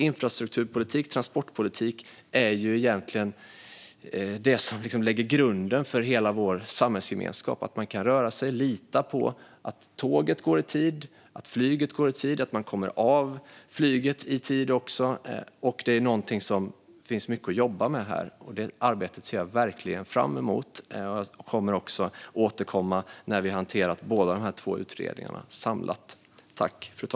Infrastrukturpolitik och transportpolitik är egentligen det som lägger grunden för hela vår samhällsgemenskap - att man kan röra sig och att man kan lita på att tåget går i tid, att flyget går i tid och att man kommer av flyget i tid. Här finns det mycket att jobba med, och det arbetet ser jag verkligen fram emot. Jag kommer också att återkomma när vi har hanterat både dessa utredningar samlat.